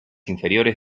inferiores